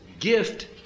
Gift